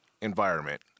environment